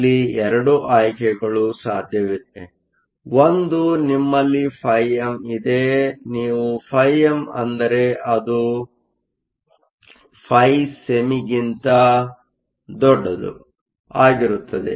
ಇಲ್ಲಿ 2 ಆಯ್ಕೆಗಳು ಸಾಧ್ಯವಿದೆ ಒಂದು ನಿಮ್ಮಲ್ಲಿ φm ಇದೆ ನೀವು φm ಅಂದರೆ ಅದು φsem ಆಗಿರುತ್ತದೆ